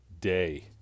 day